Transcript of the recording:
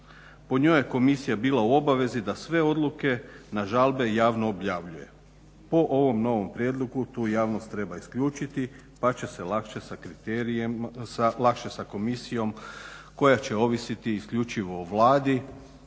Po njoj je komisija bila u obavezi da sve odluke na žalbe javno objavljuje. Po ovom novom prijedlogu tu javnost treba isključiti pa će se lakše sa komisijom koja će ovisiti isključivo o Vladi